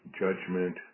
judgment